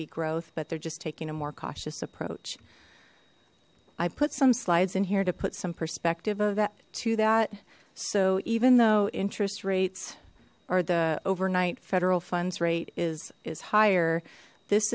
be growth but they're just taking a more cautious approach i put some slides in here to put some perspective of that to that so even though interest rates or the overnight federal funds rate is is higher this